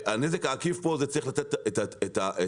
הנזק העקיף פה זה צריך לתת את הפתרון,